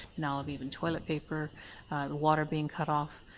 and ah of even toilet paper, the water being cut off,